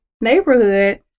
neighborhood